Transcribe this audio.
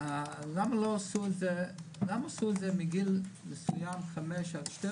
למה עשו את זה מ-5 עד 12